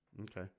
Okay